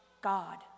God